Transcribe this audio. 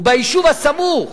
וביישוב הסמוך